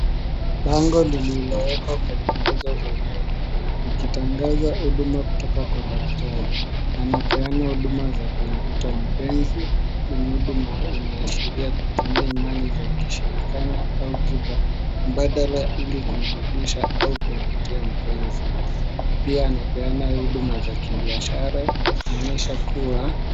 Bango lililowekwa kwenye nguzo za umeme likitangaza huduma kutoka kwa daktari. Anapeana huduma za kumvuta mpenzi, hii huduma inaashiria kutumia imani za kishirikina au tiba mbadala ili kumrudisha au kumvutia mpenzi. Pia anapeana huduma za kibiashara, inaonyesha kuwa...